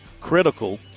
critical